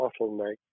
bottleneck